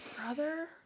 brother